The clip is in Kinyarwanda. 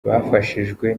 bafashijwe